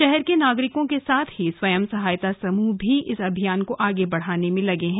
शहर के नागरिकों के साथ ही स्वयं सहायता समूह भी इस अभियान को आगे बढ़ाने में लगे हैं